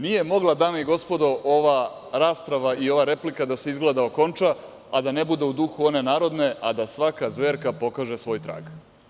Nije mogla, dame i gospodo, ova rasprava i ova replika da se okonča a da ne bude u duhu one narode – a da svaka zverka pokaže svoj trag.